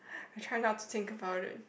I try not to think about it